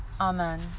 Amen